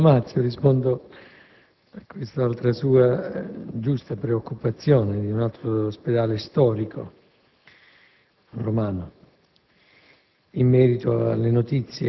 Signor Presidente, senatore Domenico Gramazio, rispondo alla sua giusta preoccupazione per un altro ospedale storico